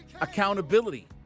accountability